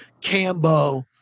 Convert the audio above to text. Cambo